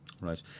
Right